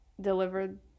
delivered